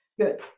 good